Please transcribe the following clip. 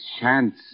chance